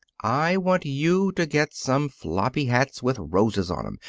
i want you to get some floppy hats with roses on em,